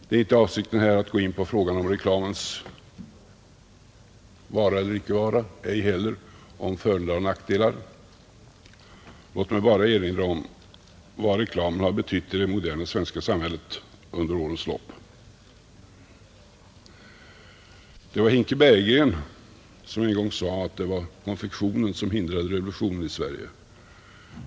Det är inte avsikten här att gå in på frågan om reklamens vara eller icke vara, ej heller om dess fördelar och nackdelar. Låt mig bara erinra om vad reklamen har betytt i det moderna svenska samhället under årens lopp. Hinke Bergegren sade en gång att det var konfektionen som hindrade revolutionen i Sverige.